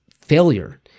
failure